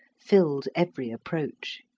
filled every approach.